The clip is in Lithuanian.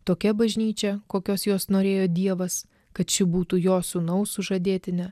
tokia bažnyčia kokios jos norėjo dievas kad ši būtų jo sūnaus sužadėtine